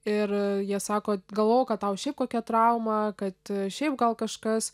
ir jie sako galvojau kad tau šiaip kokia trauma kad šiaip gal kažkas